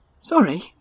Sorry